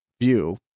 view